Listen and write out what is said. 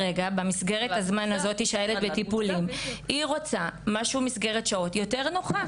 במסגרת הזמן שהילד בטיפולים היא רוצה מסגרת שעות נוחה יותר.